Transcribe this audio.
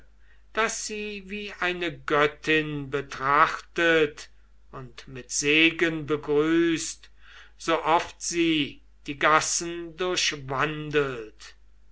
das sie wie eine göttin betrachtet und mit segen begrüßt sooft sie die gassen